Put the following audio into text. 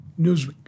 Newsweek